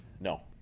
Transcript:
no